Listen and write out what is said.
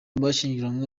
bashyingiranwe